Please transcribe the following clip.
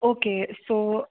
okay so